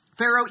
Pharaoh